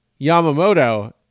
Yamamoto